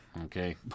okay